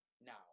now